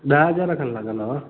ॾह हज़ार खनि लॻंदव